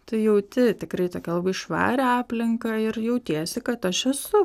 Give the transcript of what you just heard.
tu jauti tikrai tokią labai švarią aplinką ir jautiesi kad aš esu